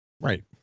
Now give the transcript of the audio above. right